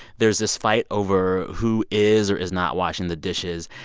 there's this fight over who is or is not washing the dishes.